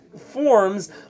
forms